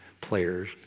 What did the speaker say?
players